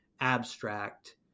abstract